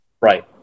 Right